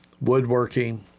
woodworking